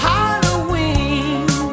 Halloween